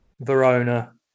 Verona